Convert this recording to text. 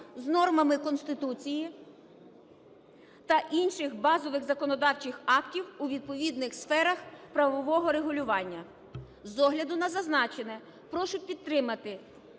з нормами Конституції та інших базових законодавчих актів у відповідних сферах правового регулювання. З огляду на зазначене, прошу підтримати